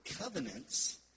covenants